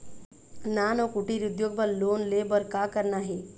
नान अउ कुटीर उद्योग बर लोन ले बर का करना हे?